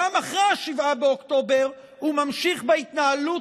וגם אחרי 7 באוקטובר הוא ממשיך בהתנהלות